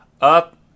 up